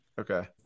okay